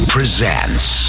Presents